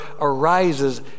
arises